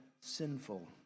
sinful